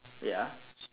ya